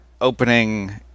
opening